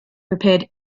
prepared